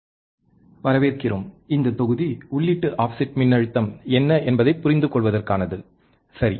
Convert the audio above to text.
சோதனை op amp பண்புகள் உள்ளீட்டு ஆஃப்செட் மின் அழுத்தம் வரவேற்கிறோம் இந்தத் தொகுதி உள்ளீட்டு ஆஃப்செட் மின்னழுத்தம் என்ன என்பதைப் புரிந்துகொள்வதற்கானது சரி